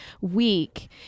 week